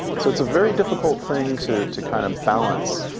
so it's a very difficult thing to to kind of balance.